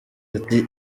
ati